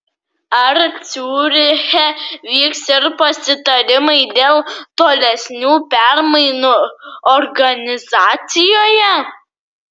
ar ciuriche vyks ir pasitarimai dėl tolesnių permainų organizacijoje